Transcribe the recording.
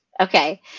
Okay